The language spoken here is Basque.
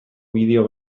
bideo